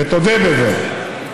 ותודה בזה,